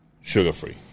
sugar-free